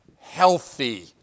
healthy